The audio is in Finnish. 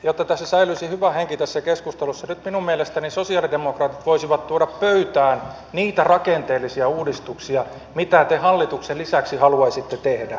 jotta säilyisi hyvä henki tässä keskustelussa nyt minun mielestäni sosialidemokraatit voisivat tuoda pöytään niitä rakenteellisia uudistuksia mitä te hallituksen lisäksi haluaisitte tehdä